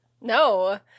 no